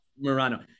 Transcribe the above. Murano